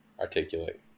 articulate